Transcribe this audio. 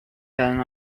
than